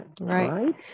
right